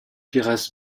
pires